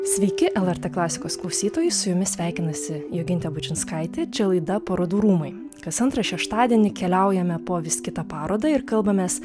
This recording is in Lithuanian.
sveiki lrt klasikos klausytojai su jumis sveikinasi jogintė bučinskaitė čia laida parodų rūmai kas antrą šeštadienį keliaujame po vis kitą parodą ir kalbamės